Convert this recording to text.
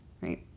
right